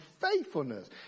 faithfulness